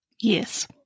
yes